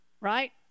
Right